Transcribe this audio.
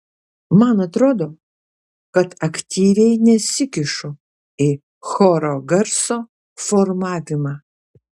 man atrodo kad aktyviai nesikišu į choro garso formavimą